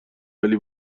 ولی